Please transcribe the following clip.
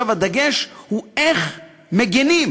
עכשיו הדגש הוא איך מגינים